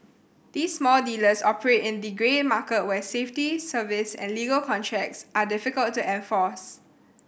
these small dealers operate in the grey market where safety service and legal contracts are difficult to enforce